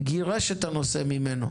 גירש את הנושא ממנו,